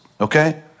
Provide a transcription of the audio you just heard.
okay